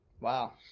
wow